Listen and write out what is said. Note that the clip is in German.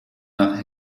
nach